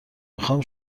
میخواهم